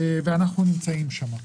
לכן אנחנו נמצאים שם.